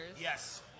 Yes